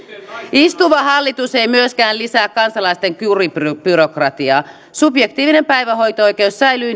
istuva hallitus ei myöskään lisää kansalaisten kuribyrok ratiaa subjektiivinen päivähoito oikeus säilyy